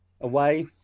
away